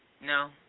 No